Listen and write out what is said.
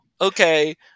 okay